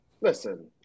Listen